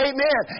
Amen